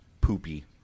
poopy